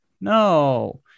No